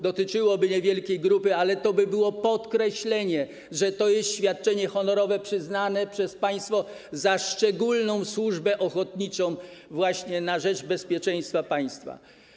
Dotyczyłoby to niewielkiej grupy, ale byłoby to podkreślenie, że jest to świadczenie honorowe przyznane przez państwo za szczególną służbę ochotniczą na rzecz bezpieczeństwa państwa.